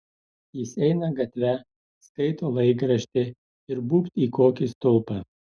jis eina gatve skaito laikraštį ir būbt į kokį stulpą